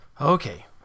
Okay